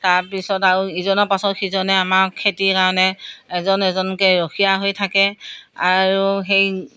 তাৰ পিছত আৰু ইজনৰ পাছত সিজনে আমাৰ খেতিৰ কাৰণে এজন এজনকৈ ৰখীয়া হৈ থাকে আৰু সেই